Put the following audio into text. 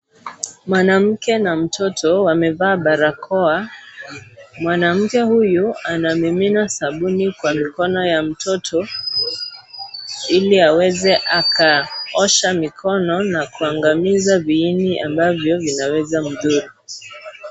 Mwanamke na mtoto wamevaa barakoa. Mwanamke huyu anamimina sabuni kwa mikono ya mtoto hili aweze akaosha mikono na kuangamiza viini ambavyo vinaweza kumdhuru.